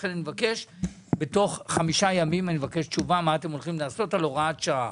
לכן אני מבקש תשובה בתוך חמישה ימים: מה אתם הולכים לעשות על הוראת שעה?